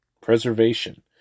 preservation